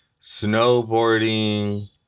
snowboarding